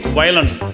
violence